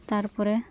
ᱛᱟᱨᱯᱚᱨᱮ